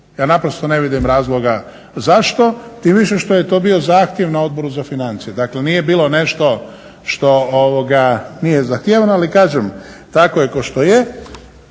Ja naprosto ne vidim razloga zašto, tim više što je to bio zahtjev na Odboru za financije. Dakle, nije bilo nešto što nije zahtijevano. Ali kažem, tako je kao što je,